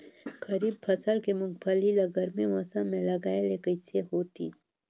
खरीफ फसल के मुंगफली ला गरमी मौसम मे लगाय ले कइसे होतिस?